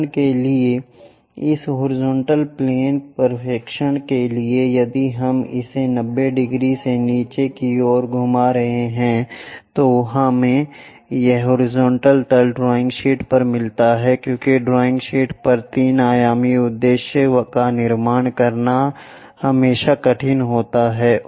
उदाहरण के लिए इस हॉरिजॉन्टल प्लेन प्रक्षेपण के लिए यदि हम इसे 90 डिग्री से नीचे की ओर घुमा रहे हैं तो हमें यह हॉरिजॉन्टल तल ड्राइंग शीट पर मिलता है क्योंकि ड्राइंग शीट पर 3 आयामी उद्देश्य का निर्माण करना हमेशा कठिन होता है